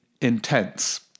intense